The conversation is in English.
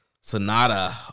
Sonata